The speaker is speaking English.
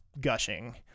gushing